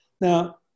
Now